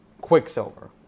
Quicksilver